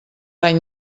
any